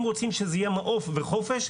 אם רוצים שזה יהיה מעוף וחופש,